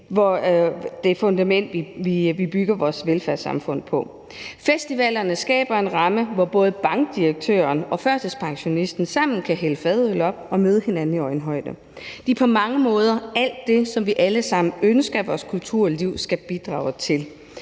det fundament, som vi bygger vores velfærdssamfund på. Festivalerne skaber en ramme, hvor både bankdirektøren og førtidspensionisten sammen kan hælde fadøl op og møde hinanden i øjenhøjde. De kan på mange måder alt det, som vi alle sammen ønsker vores kulturliv skal kunne,